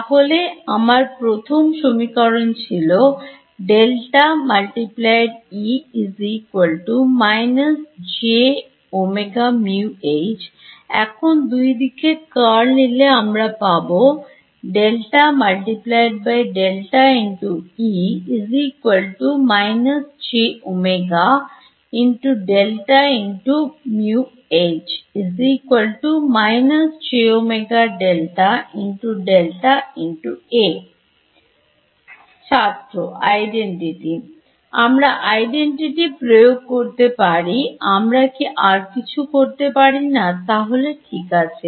তাহলে আমার প্রথম সমীকরণ ছিল এখন দুই দিকে Curl নিলে আমরা পাব আমরা Identity ছাড়া আর কিছু প্রয়োগ করতে পারিনা তাহলে ঠিক আছে